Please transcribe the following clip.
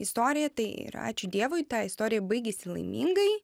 istorija tai ir ačiū dievui ta istorija baigėsi laimingai